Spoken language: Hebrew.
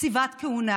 קציבת כהונה,